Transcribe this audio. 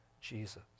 Jesus